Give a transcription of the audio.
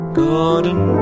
golden